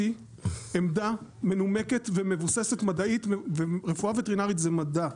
עמדה מנומקת ומבוססת מדעית ורפואה וטרינרית זה מדע,